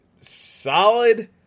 solid